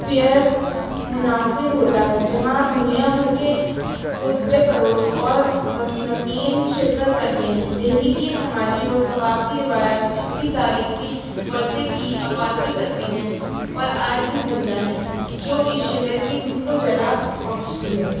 fair منعقد ہوتا ہے جہاں دنیا بھر کے کتب فروش اور مصنفین شرکت کرتے ہیں دہلی کی سماجی اور ثقافتی روایات اس کی تاریخی ورثے کی عکاسی کرتے ہیں اور آج بھی زندہ ہیں جو اس شہر کی روح کو جلا بخشتی ہے